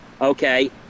okay